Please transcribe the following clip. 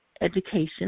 education